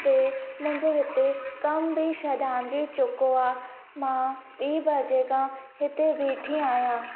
ते मुंहिंजो हिते कम बि छॾामिजी चुको आहे मां ॿी बजे खां हिते ॿीठी आहियां